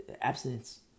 abstinence